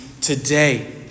today